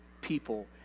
people